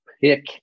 pick